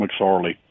McSorley